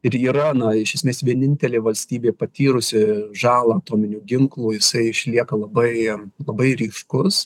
ir yra na iš esmės vienintelė valstybė patyrusi žalą atominių ginklų jisai išlieka labai labai ryškus